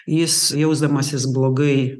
jis jausdamasis blogai